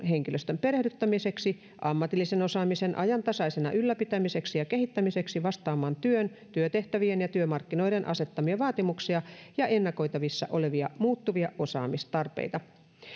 henkilöstön perehdyttämiseksi ammatillisen osaamisen ajantasaisena ylläpitämiseksi ja kehittämiseksi vastaamaan työn työtehtävien ja työmarkkinoiden asettamia vaatimuksia ja ennakoitavissa olevia muuttuvia osaamistarpeita